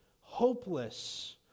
hopeless